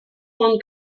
von